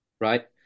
right